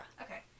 okay